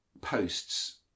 posts